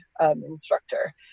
instructor